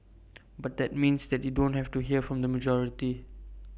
but that means that you don't hear from the majority